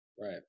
Right